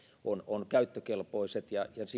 ovat käyttökelpoiset